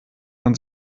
man